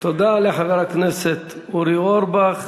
תודה לחבר הכנסת אורי אורבך.